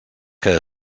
que